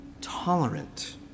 tolerant